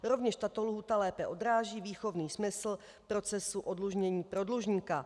Rovněž tato lhůta lépe odráží výchovný smysl procesu oddlužení pro dlužníka.